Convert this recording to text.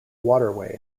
waterway